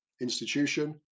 institution